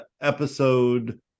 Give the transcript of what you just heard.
episode